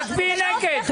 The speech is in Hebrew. תצביעי נגד.